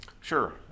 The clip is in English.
Sure